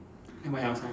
then what else ah